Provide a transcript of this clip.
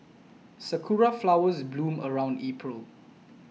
sakura flowers bloom around April